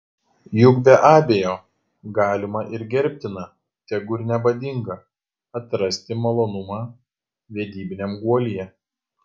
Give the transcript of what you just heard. juk be abejo galima ir gerbtina tegu ir nemadinga atrasti malonumą vedybiniam guolyje